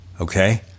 Okay